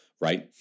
right